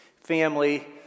family